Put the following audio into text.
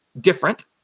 different